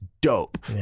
dope